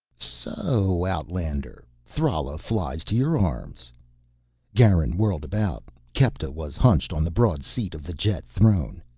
so, outlander, thrala flies to your arms garin whirled about. kepta was hunched on the broad seat of the jet throne.